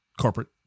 corporate